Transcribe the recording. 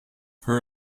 her